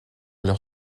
leur